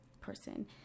person